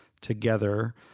together